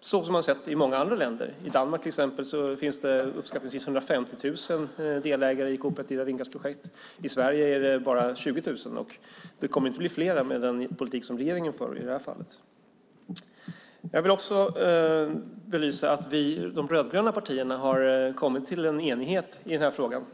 så som man sett i många andra länder. I Danmark till exempel finns det uppskattningsvis 150 000 delägare i kooperativa vindkraftsprojekt. I Sverige är det bara 20 000, och det kommer inte att bli fler med den politik som regeringen för i detta fall. Jag vill också belysa att de rödgröna partierna har uppnått enighet i denna fråga.